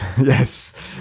Yes